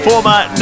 Former